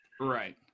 Right